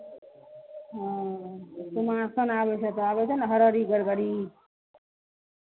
हँ कुमारखंड आबै छह तऽ आबै छै ने हरहरी गरगरी